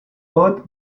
earth